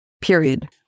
period